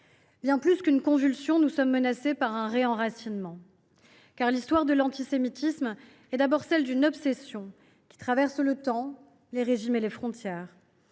Bien plus qu’une convulsion, nous sommes menacés par un « réenracinement ». Car l’histoire de l’antisémitisme est d’abord celle d’une obsession qui traverse le temps, les régimes et les frontières.